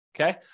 okay